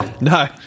No